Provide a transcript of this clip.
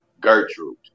Gertrude